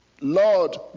Lord